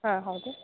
ಹಾಂ ಹೌದು